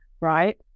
right